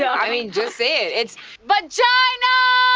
i mean, just say it it's vagina!